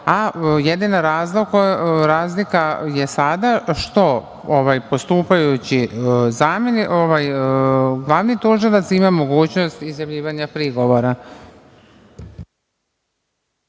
a jedina razlika je sada što postupajući glavni tužilac ima mogućnost izjavljivanja prigovora.